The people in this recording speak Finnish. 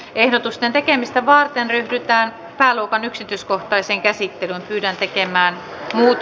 ehdotusten tekemistä varten ryhdytään pääluokan yksityiskohtaiseen käsittelyyn pyritään tekemään muut